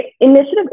initiative